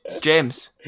James